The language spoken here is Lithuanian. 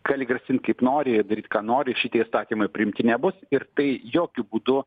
gali grasint kaip nori ir daryt ką nori šitie įstatymai priimti nebus ir tai jokiu būdu